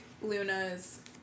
Luna's